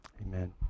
amen